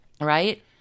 Right